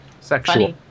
sexual